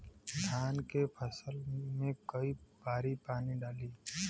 धान के फसल मे कई बारी पानी डाली?